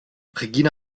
regina